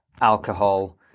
alcohol